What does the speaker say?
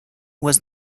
was